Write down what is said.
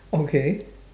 okay